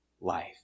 life